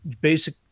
basic